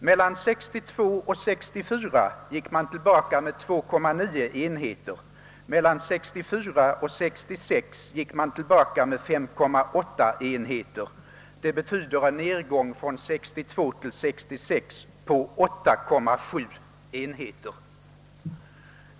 Mellan 1962 och 1964 gick socialdemokraterna tillbaka med 2,9 enheter och mellan 1964 och 1966 med 35,8 enheter. Det betyder en nedgång från 1962 till 1966 med 8,7 enheter.